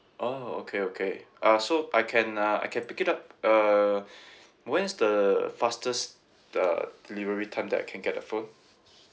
oh okay okay uh so I can uh I can pick it up uh when is the fastest the delivery time that I can get the phone